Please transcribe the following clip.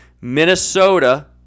Minnesota